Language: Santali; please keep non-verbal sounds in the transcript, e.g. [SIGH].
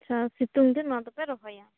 [UNINTELLIGIBLE] ᱥᱤᱛᱩᱝ ᱫᱤᱱ ᱚᱱᱟᱫᱚᱯᱮ ᱨᱚᱦᱚᱭᱟ